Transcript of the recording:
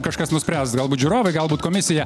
kažkas nuspręs galbūt žiūrovai galbūt komisija